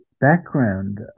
background